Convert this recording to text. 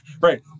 Right